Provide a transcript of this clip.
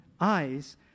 eyes